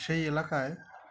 সেই এলাকায়